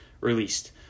released